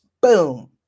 Boom